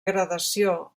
gradació